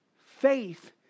faith